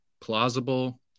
plausible